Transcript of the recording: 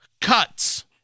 cuts